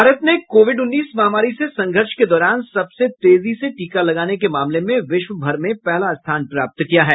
भारत ने कोविड उन्नीस महामारी से संघर्ष के दौरान सबसे तेजी से टीका लगाने के मामले में विश्व भर में पहला स्थान प्राप्त किया है